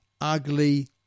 ugly